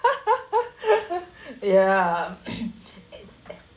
ya